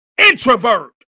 introvert